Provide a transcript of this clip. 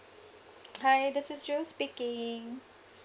hi this is jul speaking